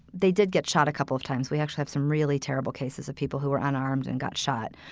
they did get shot a couple of times. we actually have some really terrible cases of people who are unarmed and got shot.